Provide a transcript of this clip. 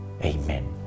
Amen